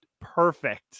perfect